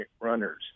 runners